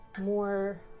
more